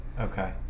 Okay